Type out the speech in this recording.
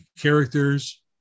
characters